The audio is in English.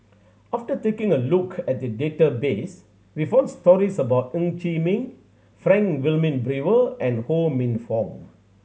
after taking a look at the database we found stories about Ng Chee Meng Frank Wilmin Brewer and Ho Minfong